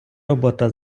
робота